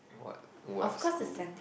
what what school